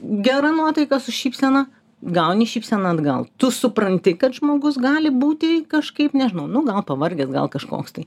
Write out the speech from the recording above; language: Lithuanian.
gera nuotaika su šypsena gauni šypseną atgal tu supranti kad žmogus gali būti kažkaip nežinau nu gal pavargęs gal kažkoks tai